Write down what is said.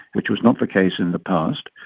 which was not the case in the past.